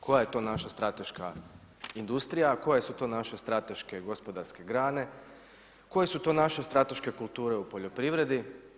Koja je to naša strateška industrija, koje su to naše strateške gospodarske grane, koje su to naše strateške kulture u poljoprivredi?